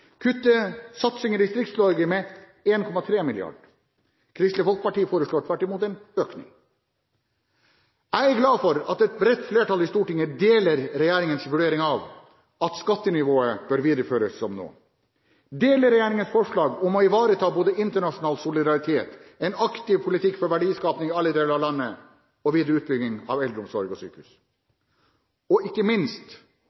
kutte satsing i Distrikts-Norge med 1,3 mrd. kr. Kristelig Folkeparti foreslår tvert imot en økning. Jeg er glad for at et bredt flertall i Stortinget deler regjeringens vurdering av at skattenivået bør videreføres som nå, deler regjeringens forslag om å ivareta både internasjonal solidaritet, en aktiv politikk for verdiskaping i alle deler av landet og videre utbygging av eldreomsorg og